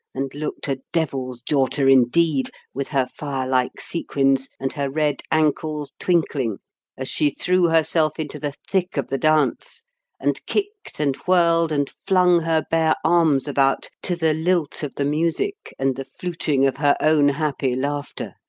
and looked a devil's daughter indeed, with her fire-like sequins and her red ankles twinkling as she threw herself into the thick of the dance and kicked, and whirled, and flung her bare arms about to the lilt of the music and the fluting of her own happy laughter.